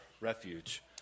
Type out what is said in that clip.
refuge